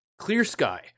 ClearSky